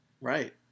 Right